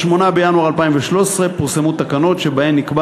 ב-8 בינואר 2013 פורסמו תקנות שבהן נקבע